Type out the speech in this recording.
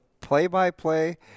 play-by-play